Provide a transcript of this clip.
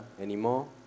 anymore